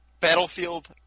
Battlefield